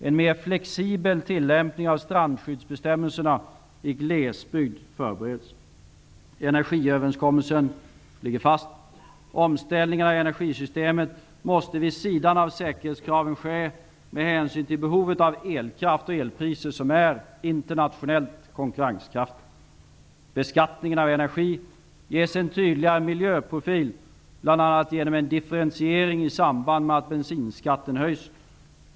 En mer flexibel tillämpning av strandskyddsbestämmelserna i glesbygd förbereds. Energiöverenskommelsen från 1991 ligger fast. Omställningen av energisystemet måste, vid sidan av säkerhetskraven, ske med hänsyn till behovet av elkraft och elpriser som är internationellt konkurrenskraftiga. Beskattningen av energi ges en tydligare miljöprofil bl.a. genom en differentiering i samband med att bensinskatten höjs.